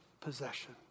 possession